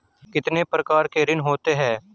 कितने प्रकार के ऋण होते हैं?